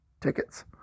tickets